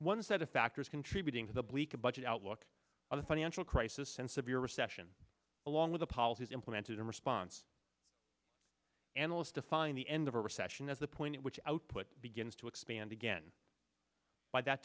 one set of factors contributing to the bleak budget outlook of the financial crisis and severe recession along with the policies implemented in response analysts define the end of a recession as the point at which output begins to expand again by that